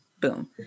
boom